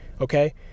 Okay